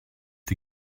die